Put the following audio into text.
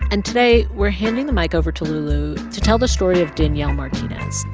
and today, we're handing the mic over to lulu to tell the story of daniel martinez,